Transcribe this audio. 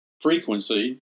frequency